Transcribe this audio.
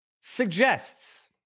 suggests